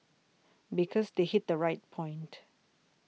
because they hit the right point